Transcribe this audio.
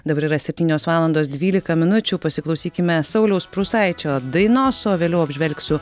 dabar yra septynios valandos dvylika minučių pasiklausykime sauliaus prūsaičio dainos o vėliau apžvelgsiu